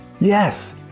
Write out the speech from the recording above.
Yes